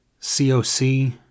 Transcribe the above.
COC